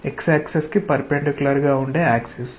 x axis కి perpendicular గా ఉండే యాక్సిస్